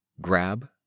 Grab